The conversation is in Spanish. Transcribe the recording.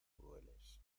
crueles